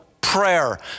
prayer